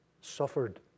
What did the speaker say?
suffered